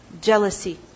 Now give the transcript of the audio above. jealousy